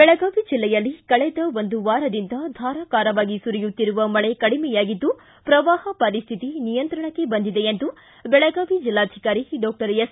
ಬೆಳಗಾವಿ ಜಿಲ್ಲೆಯಲ್ಲಿ ಕಳೆದ ಒಂದು ವಾರದಿಂದ ಧಾರಾಕಾರವಾಗಿ ಸುರಿಯುತ್ತಿರುವ ಮಳೆ ಕಡಿಮೆಯಾಗಿದ್ದು ಪ್ರವಾಹ ಪರಿಸ್ಥಿತಿ ನಿಯಂತ್ರಣಕ್ಕೆ ಬಂದಿದೆ ಎಂದು ಬೆಳಗಾವಿ ಜಿಲ್ಲಾಧಿಕಾರಿ ಡಾಕ್ಟರ್ ಎಸ್